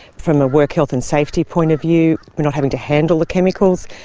from a work health and safety point of view, we're not having to handle the chemicals.